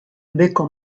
beheko